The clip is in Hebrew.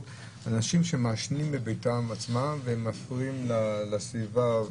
בעניין אנשים שמעשנים בביתם והם מפריעים לסביבה.